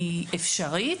היא אפשרית,